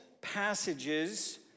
passages